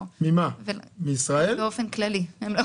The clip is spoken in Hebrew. באופן כללי.